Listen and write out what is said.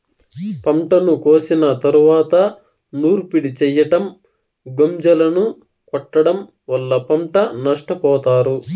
పంటను కోసిన తరువాత నూర్పిడి చెయ్యటం, గొంజలను కొట్టడం వల్ల పంట నష్టపోతారు